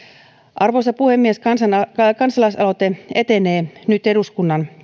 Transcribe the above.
arvoisa puhemies kansalaisaloite etenee nyt eduskunnan